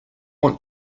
want